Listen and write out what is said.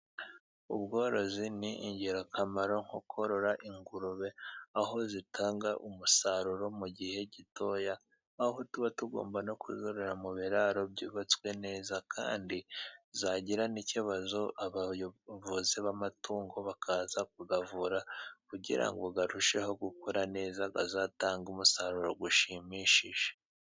Ubworozi ni ingirakamaro nko korora ingurube aho zitanga umusaruro mu gihe gitoya. Aho tuba tugomba no kuyororera mu biraro byubatswe neza, kandi zagira n'ikibazo abavuzi b'amatungo bakaza kuyavura kugira ngo arusheho gukura neza, azatanga umusaruro ushimishije.